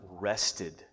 rested